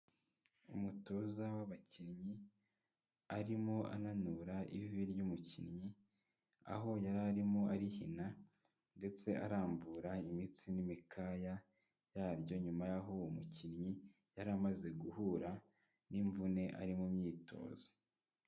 Umutoza w'abakinnyi, arimo ananura ivi ry'umukinnyi, aho yari arimo arihina, ndetse arambura imitsi n'imikaya yaryo, nyuma y'aho uwo mukinnyi yari amaze guhura n'imvune, ari mu myitozo.